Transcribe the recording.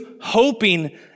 hoping